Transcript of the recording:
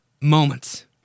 moments